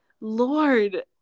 lord